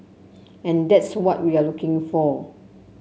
and that's what we are looking for